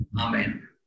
Amen